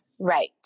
right